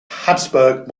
habsburg